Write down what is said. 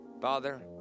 Father